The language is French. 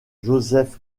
joseph